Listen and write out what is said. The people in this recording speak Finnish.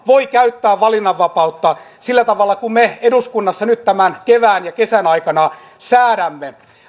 voi käyttää valinnanvapautta sillä tavalla kuin me eduskunnassa nyt tämän kevään ja kesän aikana säädämme